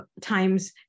times